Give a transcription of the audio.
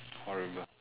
horrible